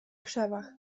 krzewach